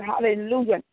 Hallelujah